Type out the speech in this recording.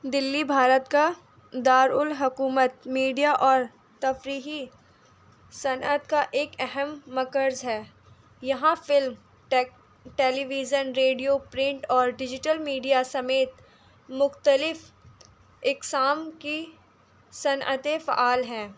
دہلی بھارت کا دارالحکومت میڈیا اور تفریحی صنعت کا ایک اہم مرکز ہے یہاں فلم ٹیلیویژن ریڈیو پرنٹ اور ڈیجیٹل میڈیا سمیت مختلف اقسام کی صنعتی فعال ہیں